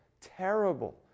Terrible